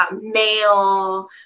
Male